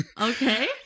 Okay